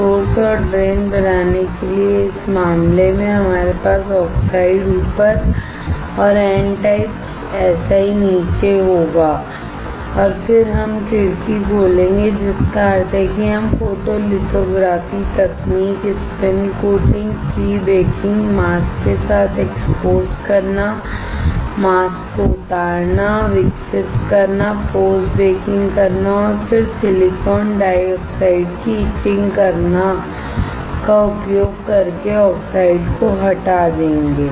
source और drain बनाने के लिए इस मामले में हमारे पास ऑक्साइड ऊपर और N टाइप Si नीचे होगा और फिर हम खिड़की खोलेंगे जिसका अर्थ है कि हम फोटोलिथोग्राफी तकनीक spin coating pre baking mask के साथ एक्सपोज करनामास्कको उतारना विकसित करनापोस्ट बेकिंग करना और फिर सिलिकॉन डाइऑक्साइड की इचिंग करना का उपयोग करके ऑक्साइड को हटा देंगे